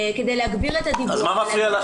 כדי להגביר את הדיווח.